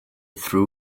threw